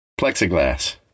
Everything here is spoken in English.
Plexiglass